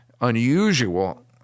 unusual